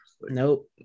nope